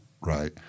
right